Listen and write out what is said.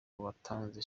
uwatanze